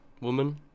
woman